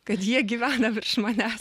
kad jie gyvena virš manęs